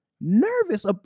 Nervous